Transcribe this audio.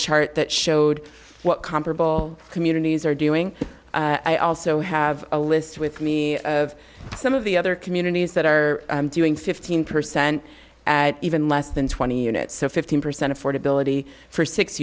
chart that showed what comparable communities are doing i also have a list with me of some of the other communities that are doing fifteen percent and even less than twenty units so fifteen percent affordability for six